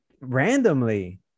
randomly